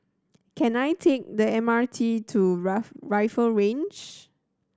can I take the M R T to Ruff Rifle Range